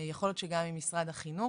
יכול להיות שגם עם משרד החינוך.